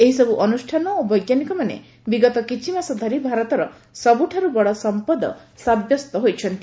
ଏହିସବୁ ଅନୁଷ୍ଠାନ ଓ ବୈଜ୍ଞାନିକମାନେ ବିଗତ କିଛିମାସ ଧରି ଭାରତର ସବୁଠୁ ବଡ଼ ସମ୍ପଦ ସାବ୍ୟସ୍ତ ହୋଇଛନ୍ତି